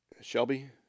Shelby